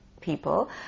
people